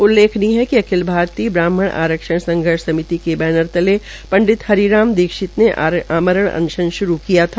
उल्लेखनीय है कि अखिल भारतीय ब्रहामण आरक्षण संघर्ष समिति के बनैर तले पंडित हरिराम दीक्षित ने आमरण अनशन श्रू किया था